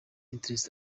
interests